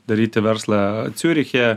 daryti verslą ciuriche